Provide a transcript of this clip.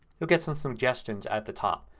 you'll get some suggestions at the top.